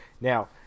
Now